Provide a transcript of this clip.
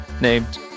named